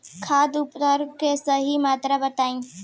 खाद उर्वरक के सही मात्रा बताई?